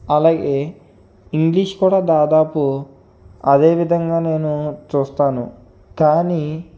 అలగే ఇంగ్లీష్ కూడా దాదాపు అదే విధంగా నేను చూస్తాను కానీ